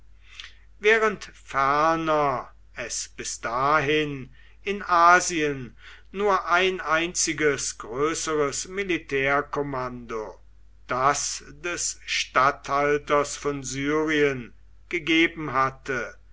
während ferner es bis dahin in asien nur ein einziges größeres militärkommando das des statthalters von syrien gegeben hatte